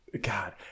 god